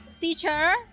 teacher